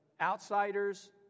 outsiders